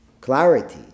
clarity